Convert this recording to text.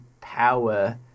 power